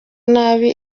nabi